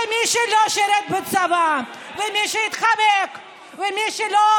ואני אגיש הצעת חוק שמי שלא שירת בצבא ומי שהתחמק ומי שלא